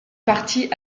partie